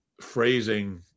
phrasing –